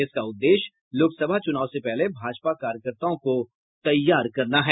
इसका उद्देश्य लोकसभा चुनाव से पहले भाजपा कार्यकर्ताओं को तैयार करना है